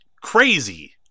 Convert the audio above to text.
crazy